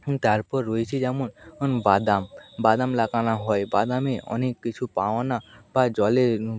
তারপর রয়েছে যেমন বাদাম বাদাম লাগানো হয় বাদামে অনেক কিছু পাওনা বা জলে